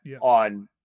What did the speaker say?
on